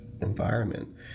environment